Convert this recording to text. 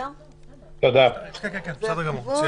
גמור.